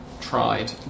tried